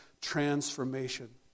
transformation